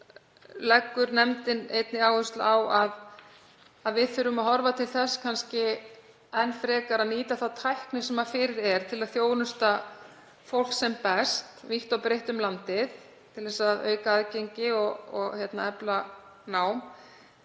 þá leggur nefndin einnig áherslu á að við þurfum að horfa til þess enn frekar að nýta þá tækni sem fyrir er til að þjónusta fólk sem best vítt og breitt um landið, til að auka aðgengi og efla nám.